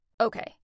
Okay